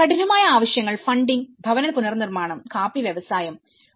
കഠിനമായ ആവശ്യങ്ങൾ ഫണ്ടിങ് ഭവന പുനർനിർമ്മാണംകാപ്പി വ്യവസായം